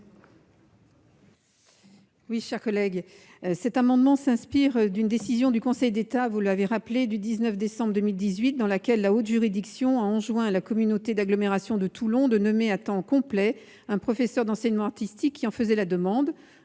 ? Cet amendement tend en effet à s'inspirer d'une décision du Conseil d'État du 19 décembre 2018, dans laquelle la haute juridiction a enjoint à la communauté d'agglomération de Toulon de nommer à temps complet un professeur d'enseignement artistique qui en faisait la demande,